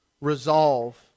Resolve